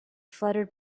fluttered